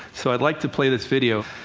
so i'd like to play this video.